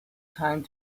time